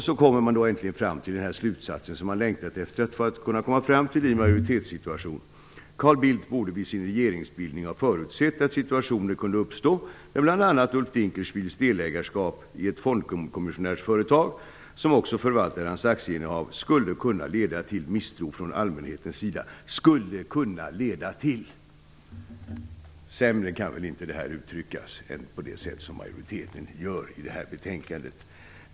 Så kommer man äntligen fram till den slutsats man längtat efter att komma fram till i en majoritetssituation: Carl Bildt borde vid sin regeringsbildning ha förutsett att situationer kunde uppstå där bl.a. Ulf Dinkelspiels delägarskap i ett fondkommissionärsföretag som också förvaltar hans aktieinnehav skulle kunna leda till misstro från allmänhetens sida. "Skulle kunna leda till..."! Sämre än på det sätt som majoriteten gör i detta betänkande kan väl detta inte uttryckas.